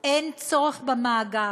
אין צורך במאגר.